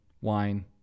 wine